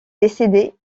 décédé